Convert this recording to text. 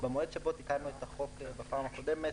במועד שבו תיקנו את החוק בפעם הקודמת